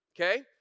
okay